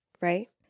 right